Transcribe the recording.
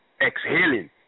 exhaling